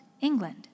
England